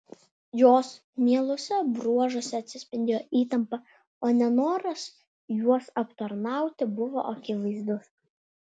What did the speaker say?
jos mieluose bruožuose atsispindėjo įtampa o nenoras juos aptarnauti buvo akivaizdus